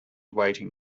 waiting